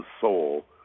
soul